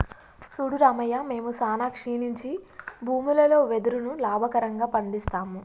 సూడు రామయ్య మేము సానా క్షీణించి భూములలో వెదురును లాభకరంగా పండిస్తాము